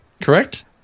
correct